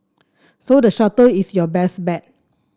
so the shuttle is your best bet